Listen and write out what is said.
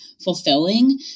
fulfilling